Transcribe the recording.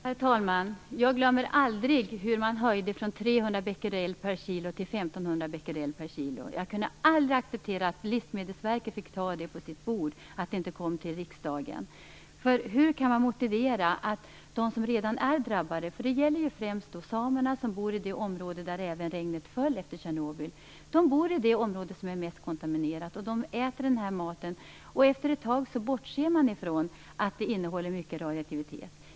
Herr talman! Jag glömmer aldrig hur man höjde från 300 becqeurel per kilo till 1 500 becquerel per kilo. Jag kunde aldrig acceptera att Livsmedelsverket fick fatta det beslutet och att det inte kom till riksdagen. Detta gäller ju dem som redan är drabbade, främst samerna som bor i det område där regnet föll efter Tjernobyl. De bor i det område som är mest kontaminerat. De äter den här maten. Efter ett tag bortser man ifrån att den innehåller mycket radioaktivitet.